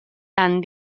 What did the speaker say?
tan